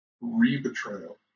re-betrayal